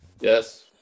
Yes